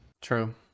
True